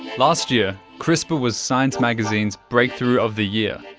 last year crispr was science magazine's breakthrough of the year.